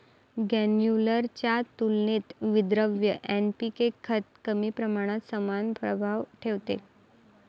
granular च्या तुलनेत विद्रव्य एन.पी.के खत कमी प्रमाणात समान प्रभाव ठेवते